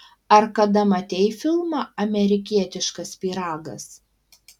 ar kada matei filmą amerikietiškas pyragas